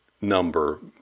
number